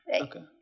Okay